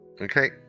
Okay